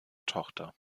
tochter